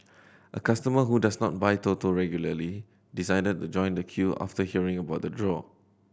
a customer who does not buy Toto regularly decided to join the queue after hearing about the draw